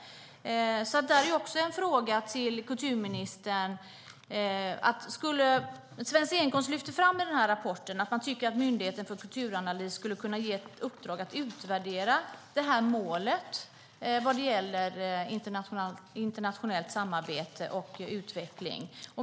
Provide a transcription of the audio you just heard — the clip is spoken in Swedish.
Där finns också en fråga till kulturministern. Svensk Scenkonst lyfter fram i rapporten att man tycker att Myndigheten för kulturanalys skulle kunna ges i uppdrag att utvärdera målet vad gäller internationellt samarbete och utveckling.